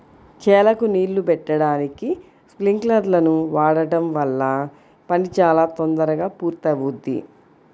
చేలకు నీళ్ళు బెట్టడానికి స్పింకర్లను వాడడం వల్ల పని చాలా తొందరగా పూర్తవుద్ది